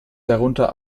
darunter